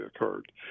occurred